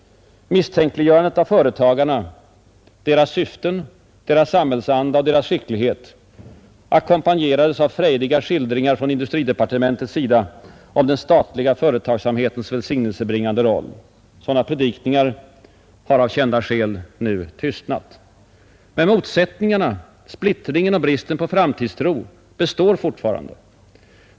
Misstänkliggöranden av företagarna — deras syften, deras samhällsanda och deras skicklighet — ackompanjerades av frejdiga skildringar från industridepartementet om den statliga företagsamhetens välsignelsebringande roll. Sådana predikningar har av kända skäl nu tystnat. Men motsättningarna, splittringen och bristen på framtidstro består fortfarande.